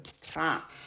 top